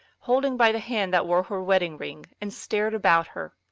holding by the hand that wore her wedding-ring, and stared about her.